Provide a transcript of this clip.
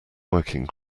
working